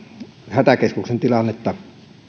hätäkeskuksen tilannetta